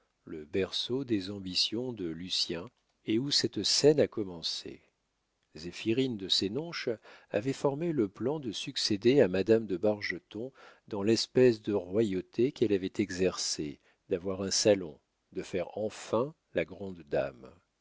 le berceau des ambitions de lucien et où cette scène a commencé zéphirine de sénonches avait formé le plan de succéder à madame de bargeton dans l'espèce de royauté qu'elle avait exercée d'avoir un salon de faire enfin la grande dame